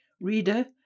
Reader